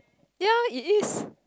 ya it is